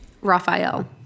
Raphael